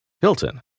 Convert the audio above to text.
Hilton